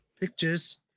pictures